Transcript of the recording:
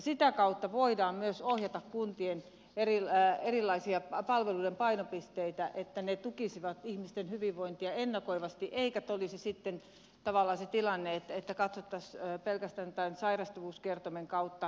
sitä kautta voidaan myös ohjata kuntien palveluiden painopisteitä niin että ne tukisivat ihmisten hyvinvointia ennakoivasti eikä tulisi tavallaan se tilanne että katsottaisiin pelkästään tämän sairastavuuskertoimen kautta